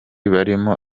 barimo